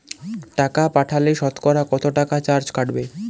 টাকা পাঠালে সতকরা কত টাকা চার্জ কাটবে?